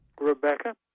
Rebecca